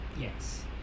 Yes